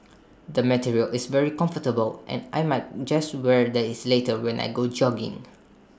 the material is very comfortable and I might just wear that this later when I go jogging